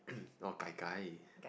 oh gai-gai